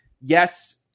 Yes